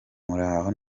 muraho